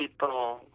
people